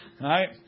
right